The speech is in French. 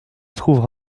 trouvera